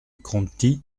conti